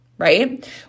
right